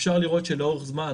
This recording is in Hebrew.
אפשר לראות שלאורך זמן